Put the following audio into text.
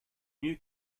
new